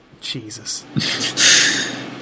Jesus